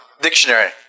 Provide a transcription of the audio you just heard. dictionary